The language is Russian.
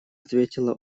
ответила